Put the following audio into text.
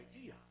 idea